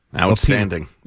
Outstanding